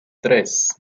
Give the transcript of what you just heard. tres